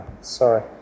sorry